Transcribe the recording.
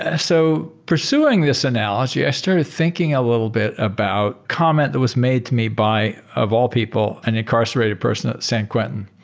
ah so pursuing this analogy, i started thinking a little bit about comment that was made to me by, of all people, an incarcerated person at san quentin.